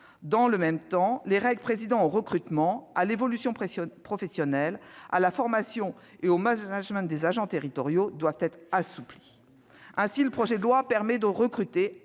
Dans le même temps, les règles présidant au recrutement, à l'évolution professionnelle, à la formation et au management des agents territoriaux doivent être assouplies. Ainsi, le projet de loi permet de recruter